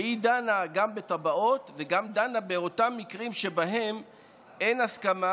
שדנה גם בתב"עות וגם באותם מקרים שבהם אין הסכמה